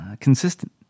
consistent